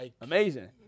Amazing